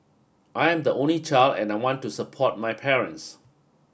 I am the only child and I want to support my parents